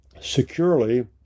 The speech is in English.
securely